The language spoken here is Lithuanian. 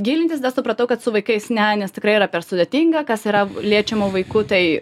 gilintis tada supratau kad su vaikais ne nes tikrai yra per sudėtinga kas yra liečiama vaikų tai